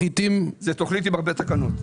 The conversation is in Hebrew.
זאת תוכנית עם הרבה תקנות.